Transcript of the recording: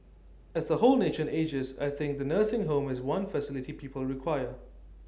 as the whole nation ages I think the nursing home is one facility people require